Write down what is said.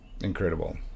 Incredible